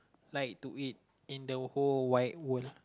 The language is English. like to eat in the whole wide world